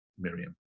Miriam